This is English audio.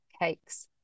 cakes